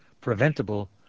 Preventable